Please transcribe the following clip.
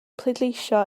pleidleisio